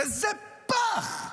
איזה פח,